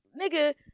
Nigga